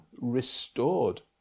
restored